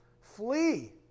flee